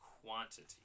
quantity